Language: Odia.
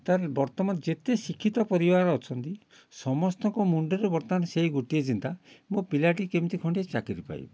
ତା'ହେଲେ ବର୍ତ୍ତମାନ ଯେତେ ଶିକ୍ଷିତ ପରିବାର ଅଛନ୍ତି ସମସ୍ତଙ୍କ ମୁଣ୍ଡରେ ବର୍ତ୍ତମାନ ସେଇ ଗୋଟିଏ ଚିନ୍ତା ମୋ ପିଲାଟି କେମିତି ଖଣ୍ଡେ ଚାକିରି ପାଇବ